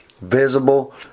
visible